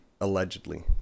Allegedly